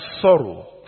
sorrow